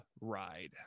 ride